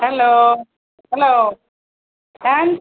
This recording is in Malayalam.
ഹലോ ഹലോ ഞാൻ